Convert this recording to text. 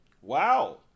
Wow